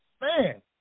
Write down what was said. man